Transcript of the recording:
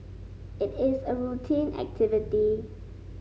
it is a routine activity